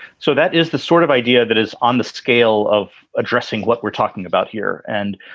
so that is the sort of idea that is on the scale of addressing what we're talking about here. and,